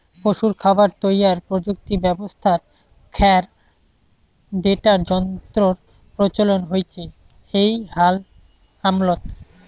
পশুর খাবার তৈয়ার প্রযুক্তি ব্যবস্থাত খ্যার টেডার যন্ত্রর প্রচলন হইচে এ্যাই হাল আমলত